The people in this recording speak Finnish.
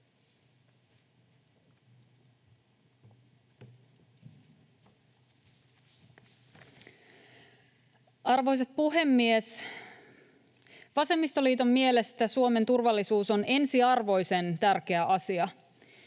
Arvoisa puhemies! Vasemmistoliiton mielestä Suomen turvallisuus on ensiarvoisen tärkeä asia.